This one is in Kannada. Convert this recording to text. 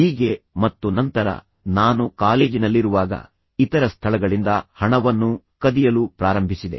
ಹೀಗೆ ಮತ್ತು ನಂತರ ನಾನು ಕಾಲೇಜಿನಲ್ಲಿರುವಾಗ ಇತರ ಸ್ಥಳಗಳಿಂದ ಹಣವನ್ನು ಕದಿಯಲು ಪ್ರಾರಂಭಿಸಿದೆ